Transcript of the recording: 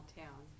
town